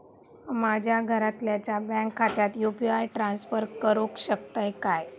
माझ्या घरातल्याच्या बँक खात्यात यू.पी.आय ट्रान्स्फर करुक शकतय काय?